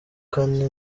kane